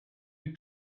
have